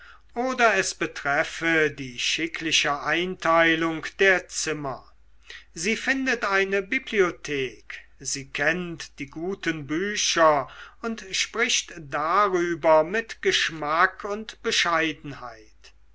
oder es betreffe die schickliche einteilung der zimmer sie findet eine bibliothek sie kennt die guten bücher und spricht darüber mit geschmack und bescheidenheit